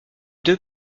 deux